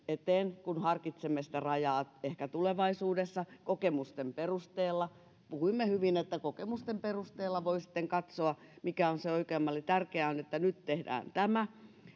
että harkitsemme sitä rajaa ehkä tulevaisuudessa kokemusten perusteella puhuimme hyvin että kokemusten perusteella voi sitten katsoa mikä on se oikea malli tärkeää on että nyt tehdään tämä ja